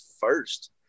first